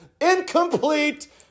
Incomplete